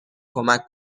کمک